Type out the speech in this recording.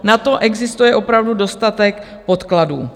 Na to existuje opravdu dostatek podkladů.